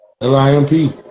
L-I-M-P